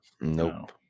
Nope